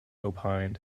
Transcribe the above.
opined